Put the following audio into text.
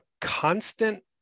constant